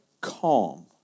calm